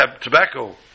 tobacco